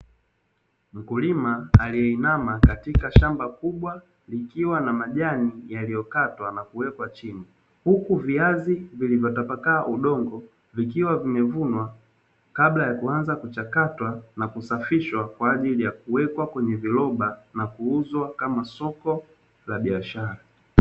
Mkulima aliyeinama katika shamba kubwa likiwa na majani yaliyokatwa na kuekwa chini, huku viazi vilivyotapakaa udongo vikiwa vimevunwa kabla ya kuanza kuchakatwa na kusafishwa kwa ajili ya kuwekwa kwenye viroba na kuuzwa kama soko la biashara.